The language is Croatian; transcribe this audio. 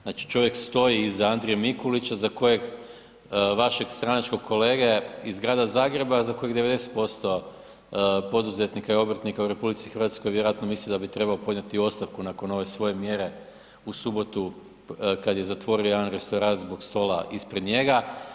Znači čovjek stoji iza Andrije Mikulića za kojeg, vašeg stranačkog kolege iz Grada Zagreba, za kojeg 90% poduzetnika i obrtnika u RH vjerojatno misli da bi trebao podnijeti ostavku nakon ove svoje mjere u subotu kad je zatvorio jedan restoran zbog stola ispred njega.